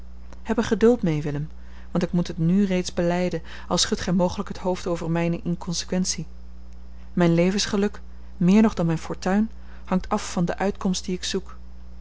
er geduld mee willem want ik moet het nù reeds belijden al schudt gij mogelijk het hoofd over mijne inconsequentie mijn levensgeluk meer nog dan mijn fortuin hangt af van de uitkomst die ik zoek